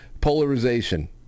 Polarization